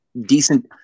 decent